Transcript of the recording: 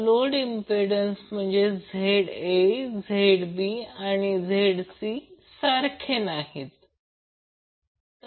परंतु या आकृतीमध्ये मी थ्री वॅट मीटर हे दर्शविले आहे